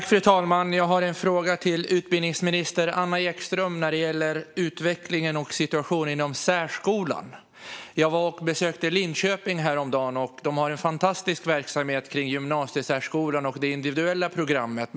Fru talman! Jag har en fråga till utbildningsminister Anna Ekström som gäller utvecklingen och situationen inom särskolan. Jag besökte Linköping häromdagen, där man har en fantastisk verksamhet kring gymnasiesärskolan och det individuella programmet.